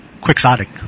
quixotic